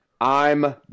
I'm